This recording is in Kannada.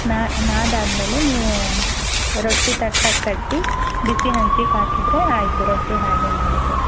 ನಾ ನಾದಾದ ಮೇಲೆ ನೀವು ರೊಟ್ಟಿ ತಟ್ದಾಗೆ ತಟ್ಟಿ ಬಿಸಿ ಹಂಚಿಗೆ ಹಾಕಿದರೆ ಆಯಿತು ರೊಟ್ಟಿ ಹಾಗೆ ಮಾಡೋದು